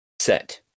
Set